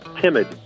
timid